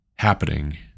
happening